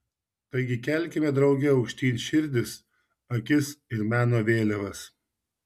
taigi kelkime drauge aukštyn širdis akis ir meno vėliavas